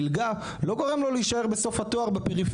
לכן נלחמנו שהמלגה הזו תישאר גם בנגב ובגליל.